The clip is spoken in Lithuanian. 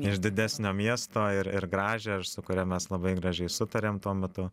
iš didesnio miesto ir ir gražią ir su kuria mes labai gražiai sutarėm tuo metu